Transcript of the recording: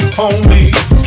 homies